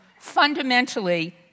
fundamentally